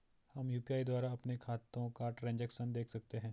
हम यु.पी.आई द्वारा अपने खातों का ट्रैन्ज़ैक्शन देख सकते हैं?